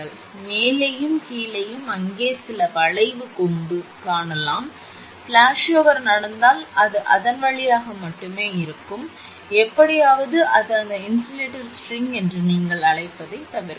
எனவே மேலேயும் கீழேயும் அங்கே சில வளைவு கொம்பைக் காணலாம் ஃப்ளாஷோவர் நடந்தால் அது அதன் வழியாக மட்டுமே இருக்கும் எப்படியாவது அது அந்த இன்சுலேட்டர் ஸ்ட்ரிங் என்று நீங்கள் அழைப்பதைத் தவிர்க்கும்